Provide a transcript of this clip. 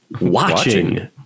Watching